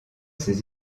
ses